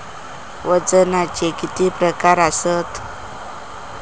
वजनाचे किती प्रकार आसत?